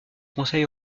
conseil